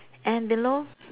and below